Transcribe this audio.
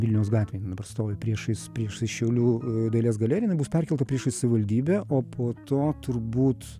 vilniaus gatvėj stovi priešais priešais šiaulių dailės galeriją jinai bus perkelta priešais savivaldybę o po to turbūt